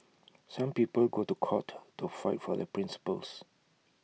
some people go to court to fight for their principles